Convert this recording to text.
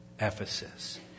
Ephesus